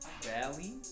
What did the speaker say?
valley